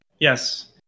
Yes